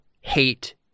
hate